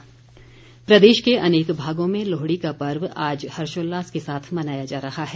लोहडी प्रदेश के अनेक भागों में लोहड़ी का पर्व आज हर्षोल्लास के साथ मनाया जा रहा है